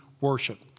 worship